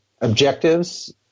objectives